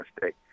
mistake